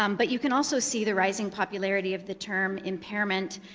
um but you can also see the rising popularity of the term impairment,